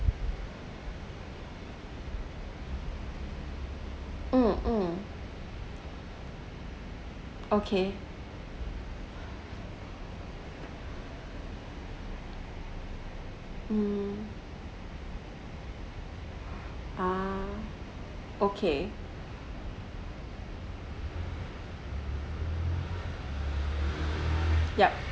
um okay mm ah okay yup